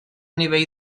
nivell